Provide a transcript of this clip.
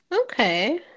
Okay